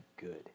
good